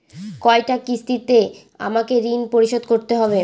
কয়টা কিস্তিতে আমাকে ঋণ পরিশোধ করতে হবে?